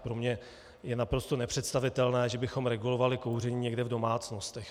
Pro mě je naprosto nepředstavitelné, že bychom regulovali kouření někde v domácnostech.